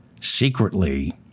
secretly